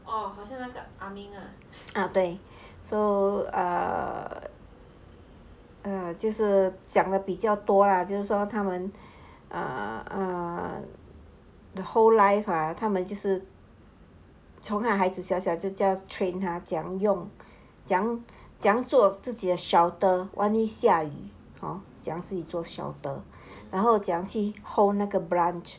ah 对 so err 就是讲的比较多 ah 就是说他们 err the whole life ah 他们就是从看孩子小小就 train 他这样用怎样做自己的 shelter 万一 hor 怎样自己做 shelter 然后讲怎样去 hold 那个 branch